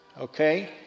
okay